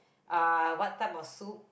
uh what type of soup